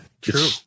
True